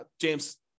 James